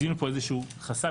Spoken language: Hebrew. זיהינו פה איזשהו חסם,